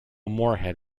moorhead